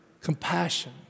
compassion